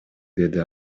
деди